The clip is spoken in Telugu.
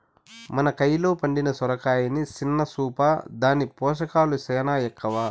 మన కయిలో పండిన సొరకాయని సిన్న సూపా, దాని పోసకాలు సేనా ఎక్కవ